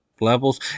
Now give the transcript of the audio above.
levels